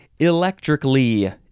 electrically